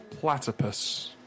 Platypus